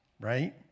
right